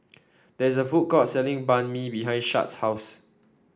there is a food court selling Banh Mi behind Shad's house